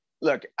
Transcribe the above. look